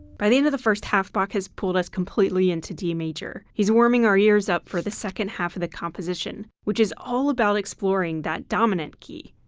by the end of the first half bach has pulled us completely into d major. he's warming our ears up for the second half of the composition which is all about exploring that dominant key.